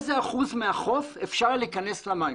באיזה אחוז מהחוף אפשר היה להיכנס למים?